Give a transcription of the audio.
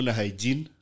hygiene